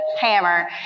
hammer